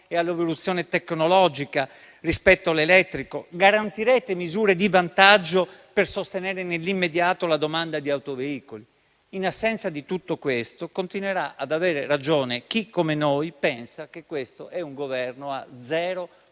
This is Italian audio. e all'evoluzione tecnologica rispetto all'elettrico? Garantirete misure di vantaggio per sostenere, nell'immediato, la domanda di autoveicoli? In assenza di tutto questo, continuerà ad avere ragione chi, come noi, pensa che questo sia un Governo a zero